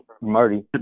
Marty